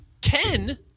Ken